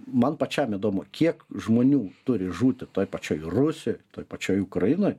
man pačiam įdomu kiek žmonių turi žūti toj pačioj rusijoj toje pačioj ukrainoj